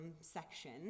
section